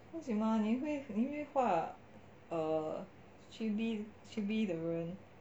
mah 你会画 err chibi 的人